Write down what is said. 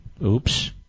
Oops